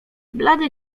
blady